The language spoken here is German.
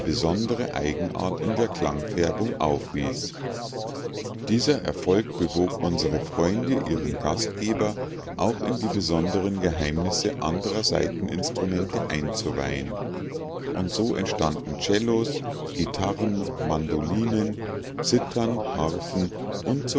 besondere eigenart in der klangfärbung aufwies dieser erfolg bewog unsre freunde ihren gastgeber auch in die besonderen geheimnisse andrer saiteninstrumente einzuweihen und so entstanden cellos gitarren mandolinen zithern harfen und